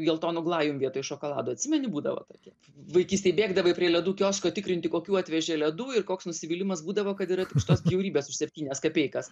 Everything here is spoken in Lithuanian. geltonu glajum vietoj šokolado atsimeni būdavo tokie vaikystėj bėgdavai prie ledų kiosko tikrinti kokių atvežė ledų ir koks nusivylimas būdavo kad yra tik šitos bjaurybės už septynias kapeikas